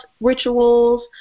rituals